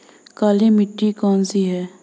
काली मिट्टी कौन सी है?